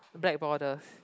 black borders